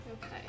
Okay